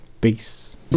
peace